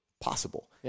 possible